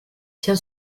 tient